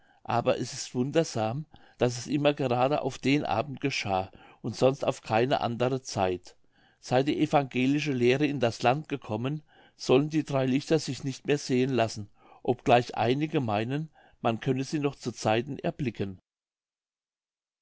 aber es ist wundersam daß es immer gerade auf den abend geschah und sonst auf keine andere zeit seit die evangelische lehre in das land gekommen sollen die drei lichter sich nicht mehr sehen lassen obgleich einige meinen man könne sie noch zu zeiten erblicken